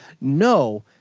no